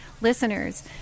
listeners